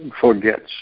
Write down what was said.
forgets